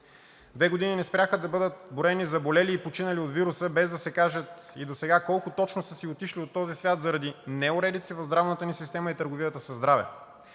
Две години не спряха да бъдат броени заболелите и починалите от вируса, без да се каже и досега колко точно са си отишли от този свят заради неуредици в здравната ни система и търговията със здраве.